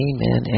Amen